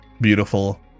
beautiful